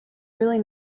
really